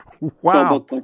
Wow